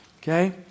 okay